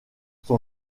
son